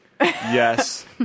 Yes